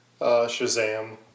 Shazam